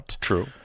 true